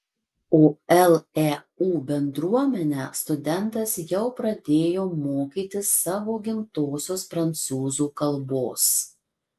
o leu bendruomenę studentas jau pradėjo mokyti savo gimtosios prancūzų kalbos